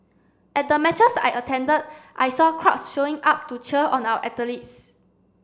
at the matches I attended I saw crowds showing up to cheer on our athletes